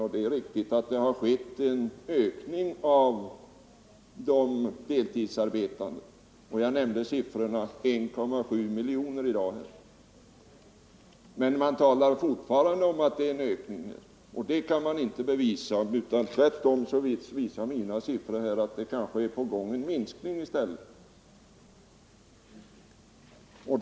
Det är riktigt att antalet deltidsarbetande har ökat, och jag har i dag nämnt siffran 1,7 miljoner. Men man säger att ökningen fortsätter, och det kan man inte bevisa. Tvärtom visar mina siffror att en minskning är på väg.